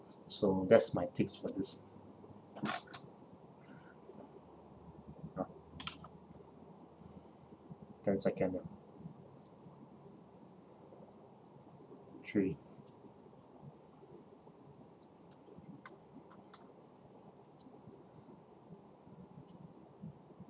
so that's my takes for this ya ten second ya three